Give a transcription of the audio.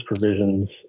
provisions